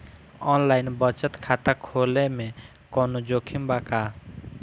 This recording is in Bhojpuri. आनलाइन बचत खाता खोले में कवनो जोखिम बा का?